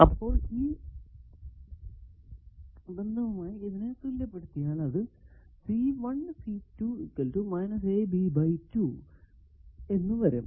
അപ്പോൾ ഈ ബന്ധവുമായി ഇതിനെ തുല്യപ്പെടുത്തിയാൽ അത് എന്ന് വരും